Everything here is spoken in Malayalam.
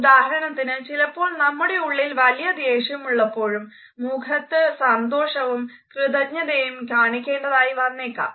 ഉദാഹരണത്തിന് ചിലപ്പോൾ നമ്മുടെ ഉള്ളിൽ വലിയ ദേഷ്യം ഉള്ളപ്പോഴും മുഖത്ത് സന്തോഷവും കൃതജ്ഞതയും കാണിക്കേണ്ടതായി വന്നേക്കാം